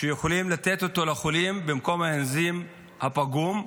שיכולים לתת לחולים במקום האנזים הפגום.